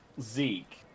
Zeke